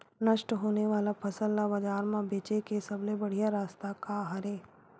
नष्ट होने वाला फसल ला बाजार मा बेचे के सबले बढ़िया रास्ता का हरे?